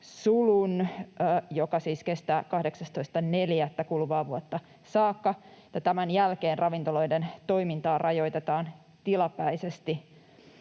joka siis kestää 18.4. kuluvaa vuotta saakka — ”jälkeen ravintoloiden toimintaa rajoitetaan tilapäisesti